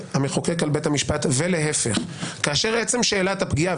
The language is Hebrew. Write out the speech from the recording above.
המחוקק על בית המשפט ולהיפך כאשר עצם שאלת הפגיעה,